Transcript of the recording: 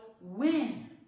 win